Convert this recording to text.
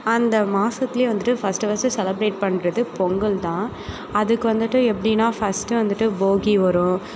அந்த மாதத்துலேயே வந்துட்டு ஃபஸ்ட்டு ஃபஸ்ட்டு செலிப்ரேட் பண்ணுறது பொங்கல் தான் அதுக்கு வந்துட்டு எப்படின்னா ஃபஸ்ட்டு வந்துட்டு போகி வரும்